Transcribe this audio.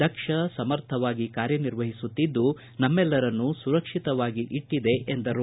ದಕ್ಷ ಸಮರ್ಥವಾಗಿ ಕಾರ್ಯನಿರ್ವಹಿಸುತ್ತಿದ್ದು ನಮ್ಮೆಲ್ಲರನ್ನೂ ಸುರಕ್ಷಿತವಾಗಿ ಇಟ್ಟಿದೆ ಎಂದರು